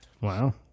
Wow